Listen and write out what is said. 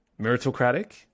meritocratic